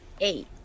Eight